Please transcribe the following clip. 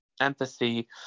empathy